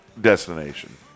destination